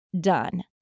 done